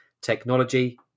technology